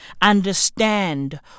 Understand